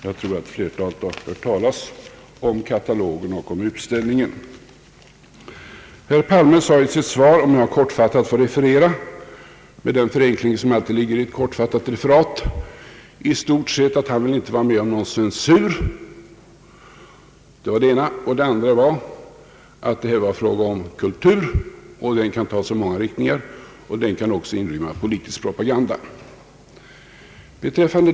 Jag tror att flertalet här har hört talas om katalogen och om utställningen. Herr Palme anförde i sitt svar, som jag kortfattat skall referera med den förenkling som alltid ligger i ett referat, i stort sett att han inte vill vara med om någon censur. Det var, ansåg herr Palme vidare, här fråga om kultur, som kan ta sig många riktningar och även inrymma politisk propaganda.